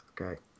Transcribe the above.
Okay